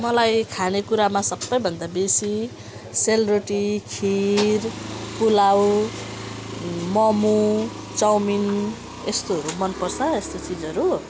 मलाई खानेकुरामा सबैभन्दा बेसी सेलरोटी खिर पुलाउ मोमो चाउमिन यस्तोहरू मनपर्छ यस्तो चिजहरू